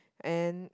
and